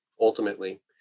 ultimately